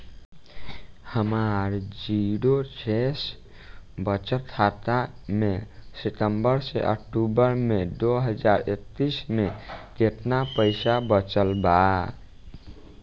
हमार जीरो शेष बचत खाता में सितंबर से अक्तूबर में दो हज़ार इक्कीस में केतना पइसा बचल बा?